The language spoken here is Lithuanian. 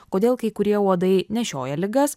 kodėl kai kurie uodai nešioja ligas